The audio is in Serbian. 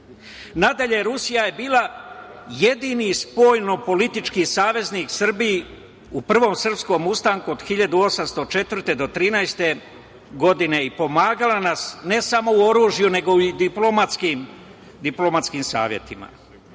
Rusija je bila jedini spoljnopolitički saveznik Srbiju u Prvom srpskom ustanku od 1804. do 1813. godine i pomagala nas ne samo u oružju nego i u diplomatskim savetima. Naš